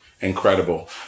Incredible